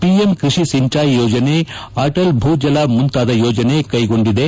PM Krishi Sinchayee Yojana Atal Bhujal ಮುಂತಾದ ಯೋಜನೆ ಕೈಗೊಂಡಿದೆ